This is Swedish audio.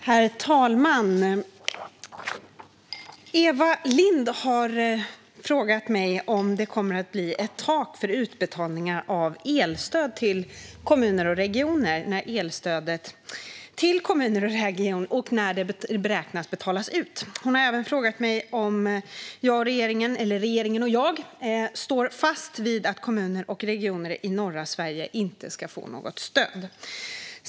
Herr talman! Eva Lindh har frågat mig om det kommer att bli ett tak för utbetalningarna av elstöd till kommuner och regioner och när det beräknas att betalas ut. Hon har även frågat mig om regeringen och jag står fast vid att kommuner och regioner i norra Sverige inte ska få något stöd.